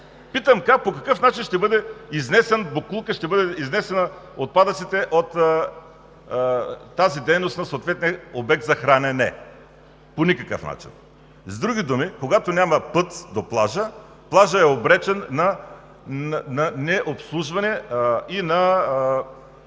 и по какъв начин ще бъде изнесен боклукът, ще бъдат изнесени отпадъците от тази дейност на съответния обект за хранене? По никакъв начин! С други думи, когато няма път до плажа, той е обречен на необслужване и на